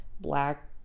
Black